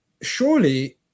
surely